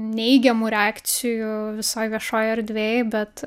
neigiamų reakcijų visoj viešoj erdvėj bet